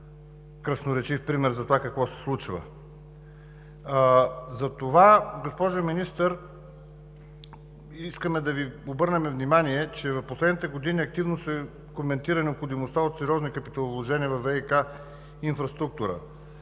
красноречив пример за това какво се случва. Затова, госпожо Министър, искаме да Ви обърнем внимание, че в последните години активно се коментира необходимостта от сериозни капиталовложения във ВиК инфраструктура.